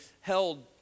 held